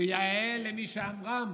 ויאה למי שאמרם,